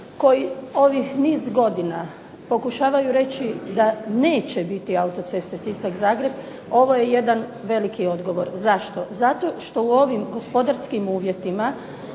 koji ovi niz godina pokušavaju reći da neće biti autoceste Sisak-Zagreb ovo je jedan veliki odgovor. Zašto? Zato što u ovim gospodarskim uvjetima